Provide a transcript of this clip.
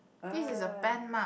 this is a pen mark